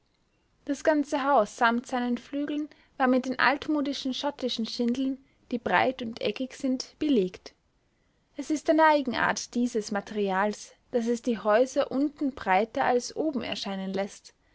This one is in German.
das ganze haus samt seinen flügeln war mit den altmodischen schottischen schindeln die breit und eckig sind belegt es ist eine eigenart dieses materials daß es die häuser unten breiter als oben erscheinen läßt